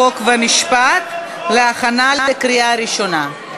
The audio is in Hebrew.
חוק ומשפט להכנה לקריאה ראשונה.